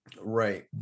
Right